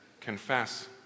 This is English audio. confess